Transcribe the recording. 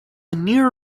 near